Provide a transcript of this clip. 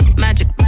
magic